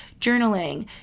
journaling